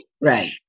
right